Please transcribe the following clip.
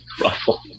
Ruffle